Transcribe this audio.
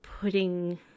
putting